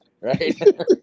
right